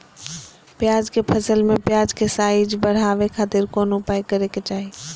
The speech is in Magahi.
प्याज के फसल में प्याज के साइज बढ़ावे खातिर कौन उपाय करे के चाही?